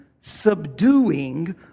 subduing